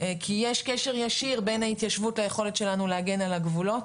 כי יש קשר ישיר בין ההתיישבות ליכולת שלנו להגן על הגבולות,